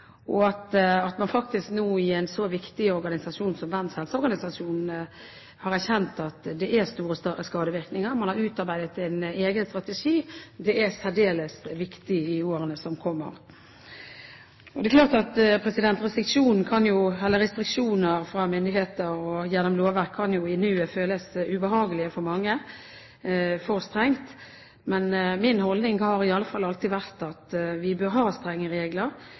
skadevirkningene, og at man faktisk nå i en så viktig organisasjon som Verdens Helseorganisasjon har erkjent at det er store skadevirkninger, man har utarbeidet en egen strategi. Det er særdeles viktig i årene som kommer. Restriksjoner fra myndigheter og gjennom lovverk kan i nuet føles ubehagelig for mange, for strengt. Men min holdning har alltid vært at vi bør ha strenge regler,